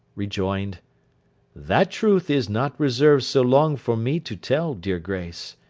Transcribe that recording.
rejoined that truth is not reserved so long for me to tell, dear grace.